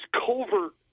covert